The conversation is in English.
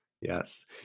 Yes